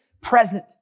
present